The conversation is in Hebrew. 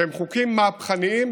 שהם חוקים מהפכניים,